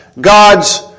God's